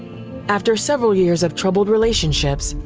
after several years of troubled relationships,